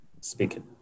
speaking